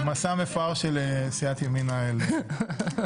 מסע מפואר של סיעת ימינה אל האופק.